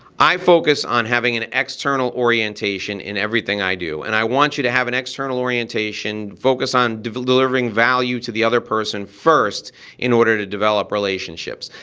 i focus on having an external orientation in everything i do, and i want you to have an external orientation, focus on delivering value to the other person first in order to develop relationships.